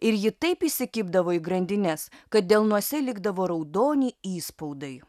ir ji taip įsikibdavo į grandines kad delnuose likdavo raudoni įspaudai